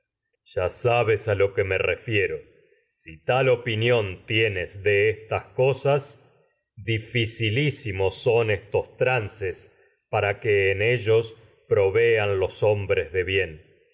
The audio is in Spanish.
ya sabes a lo que me re fiero son si tal opinión tienes de estas cosas dificilísimos estos trances para que en ellos provean los hombres viento favorable hace de bien